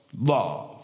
love